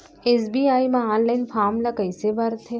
SBI म online form ल कइसे भरथे?